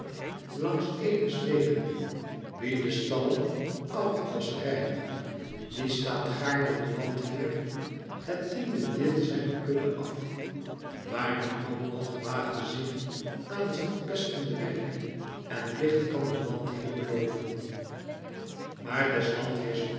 langs elis wegen wie de stallen augeias reinigt dien staat gaarne de landheer het tiende deel zijner kudden af maar niemand nog waagde zich aan het verpestende werk en licht kan de landheer beloven maar